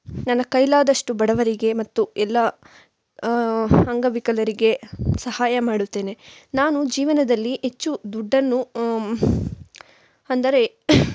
ನನ್ನ ಕೈಲಾದಷ್ಟು ಬಡವರಿಗೆ ಮತ್ತು ಎಲ್ಲ ಅಂಗವಿಕಲರಿಗೆ ಸಹಾಯ ಮಾಡುತ್ತೇನೆ ನಾನು ಜೀವನದಲ್ಲಿ ಹೆಚ್ಚು ದುಡ್ಡನ್ನು ಅಂದರೆ